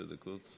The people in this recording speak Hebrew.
15 דקות.